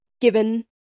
given